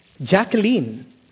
Jacqueline